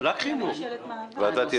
זו ממשלת מעבר.